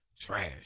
Trash